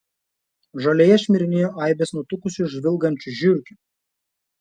žolėje šmirinėjo aibės nutukusių žvilgančių žiurkių